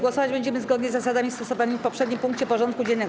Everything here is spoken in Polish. Głosować będziemy zgodnie z zasadami stosowanymi w poprzednim punkcie porządku dziennego.